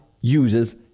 uses